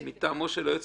מטעמו של היועץ